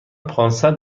پانصد